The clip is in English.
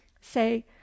Say